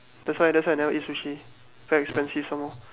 that's why that's why I never eat sushi very expensive some more